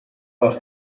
ach